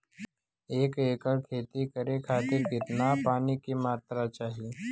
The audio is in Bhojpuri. एक एकड़ खेती करे खातिर कितना पानी के मात्रा चाही?